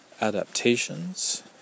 adaptations